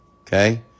Okay